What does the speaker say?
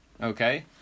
Okay